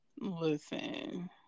Listen